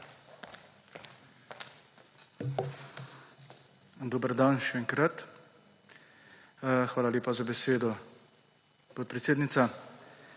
Dober dan še enkrat! Hvala lepa za besedo, podpredsednica.